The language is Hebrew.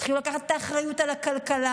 תתחילו לקחת את האחריות על הכלכלה.